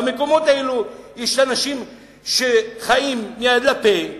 במקומות האלו יש אנשים שחיים מהיד לפה,